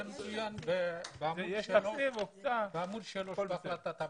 זה מצוין בעמוד 3 בהחלטת הממשלה.